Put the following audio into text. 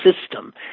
system